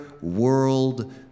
world